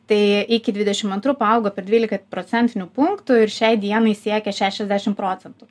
tai iki dvidešim antrų paaugo per dvylika procentinių punktų ir šiai dienai siekia šešiasdešim procentų